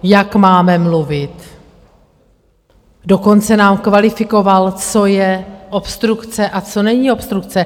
Jak máme mluvit, dokonce nám kvalifikoval, co je obstrukce a co není obstrukce.